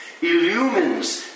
illumines